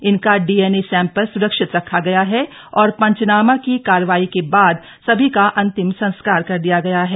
इनका DNA sample सुरक्षित रखा गया है और पंचनामा की कार्यवाही के बाद सभी का अंतिम संस्कार कर दिया गया है